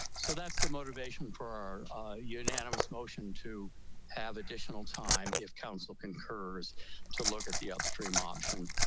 so that's the motivation for unanimous motion to have additional time if council concurs to look at the upstream option.